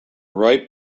ripe